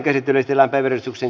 asia